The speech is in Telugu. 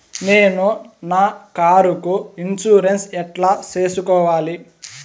నేను నా కారుకు ఇన్సూరెన్సు ఎట్లా సేసుకోవాలి